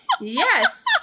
Yes